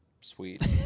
Sweet